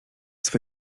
swe